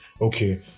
okay